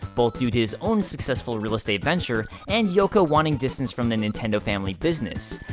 both due to his own successful real-estate venture and yoko wanting distance from the nintendo family business.